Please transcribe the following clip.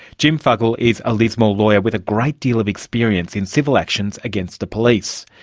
jim fuggle is a lismore lawyer with a great deal of experience in civil actions against the police.